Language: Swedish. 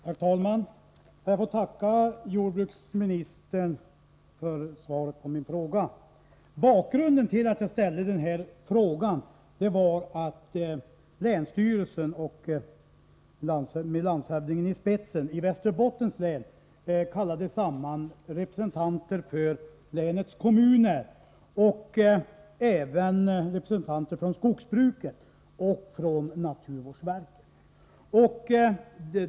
Herr talman! Jag får tacka jordbruksministern för svaret på min fråga. Bakgrunden till att jag ställde frågan var att länsstyrelsen i Västerbottens län med landshövdingen i spetsen kallade samman representanter för länets kommuner och även representanter för skogsbruket och naturvårdsverket.